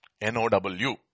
N-O-W